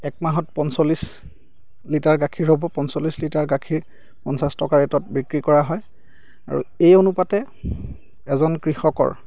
এক মাহত পঞ্চল্লিছ লিটাৰ গাখীৰ হ'ব পঞ্চল্লিছ লিটাৰ গাখীৰ পঞ্চাছ টকা ৰেটত বিক্ৰী কৰা হয় আৰু এই অনুপাতে এজন কৃষকৰ